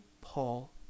Paul